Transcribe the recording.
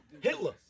Hitler